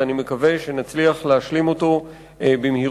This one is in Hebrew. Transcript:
ואני מקווה שנצליח להשלים אותו במהירות,